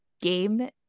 game